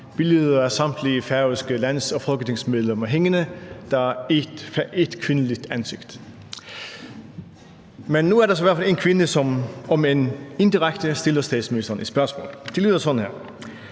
billeder af samtlige færøske landstings- og folketingsmedlemmer hængende – der er ét kvindeligt ansigt. Men nu er der så i hvert fald en kvinde, som, om end indirekte, stiller statsministeren et spørgsmål. Det lyder sådan her: